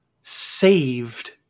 saved